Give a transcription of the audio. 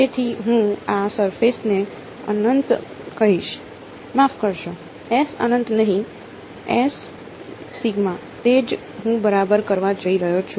તેથી હું આ સરફેસ ને S અનંત કહીશ માફ કરશો S અનંત નહીં તે જ હું બરાબર કરવા જઈ રહ્યો છું